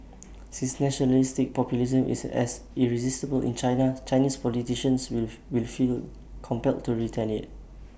since nationalistic populism is as irresistible in China Chinese politicians will will feel compelled to retaliate